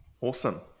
Awesome